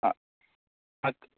ஆ okay